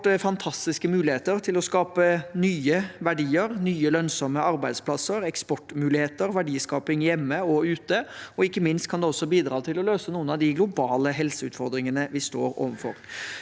vårt fantastiske muligheter til å skape nye verdier, nye lønnsomme arbeidsplasser, eksportmuligheter og verdiskaping hjemme og ute, og ikke minst kan det også bidra til å løse noen av de globale helseutfordringene vi står overfor.